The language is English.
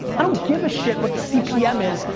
i don't give a shit what the cpm is.